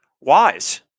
wise